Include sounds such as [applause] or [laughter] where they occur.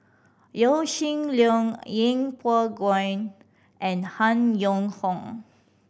Yaw Shin Leong Yeng Pway [unintelligible] and Han Yong Hong